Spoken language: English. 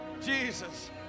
Jesus